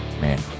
man